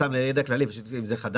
סתם לידע כללי, פשוט לדעת אם זה חדש.